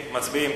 מצביעים.